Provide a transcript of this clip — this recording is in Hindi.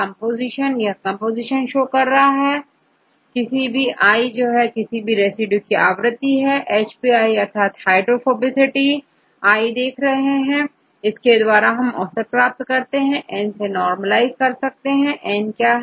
छात्र कंपोजीशन किसी भी रेसिड्यू की आवृत्ति है hpअर्थात आप हाइड्रोफोबिसिटीi देखेंगे इसके द्वारा आप औसत प्राप्त करेंगे और इसेN से नॉर्मलाइज़ करेंगेN क्या है